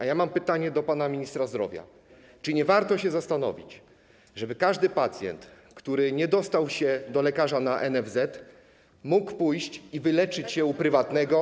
A ja mam pytanie do pana ministra zdrowia: Czy nie warto się zastanowić, żeby każdy pacjent, który nie dostał się do lekarza na NFZ, mógł pójść i wyleczyć się u prywatnego.